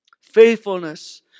Faithfulness